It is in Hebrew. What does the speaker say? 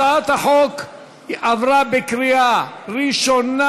הצעת החוק עברה בקריאה ראשונה,